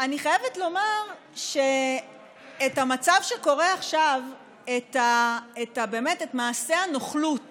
אני חייבת לומר שהמצב שקורה עכשיו, מעשה הנוכלות